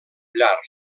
llar